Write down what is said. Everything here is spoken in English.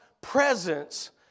presence